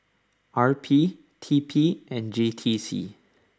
R P T P and J T C